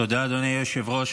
תודה, אדוני היושב-ראש.